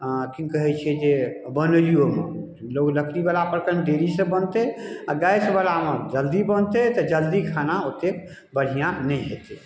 हँ कि कहै छै जे बनैयोमे जँ लकड़ीवला पर कनि देरीसँ बनतै आओर गैसवला मे जल्दी बनतै तऽ जल्दी खाना ओतेक बढ़िआँ नहि हेतै